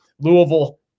Louisville